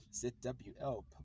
ZWL